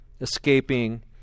escaping